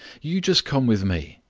you just come with me,